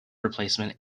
replacement